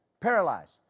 paralyzed